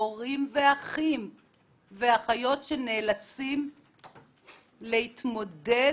הורים אחים ואחיות שנאלצים להתמודד